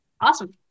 Awesome